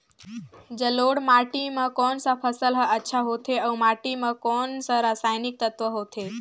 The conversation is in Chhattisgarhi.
जलोढ़ माटी मां कोन सा फसल ह अच्छा होथे अउर माटी म कोन कोन स हानिकारक तत्व होथे?